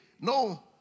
No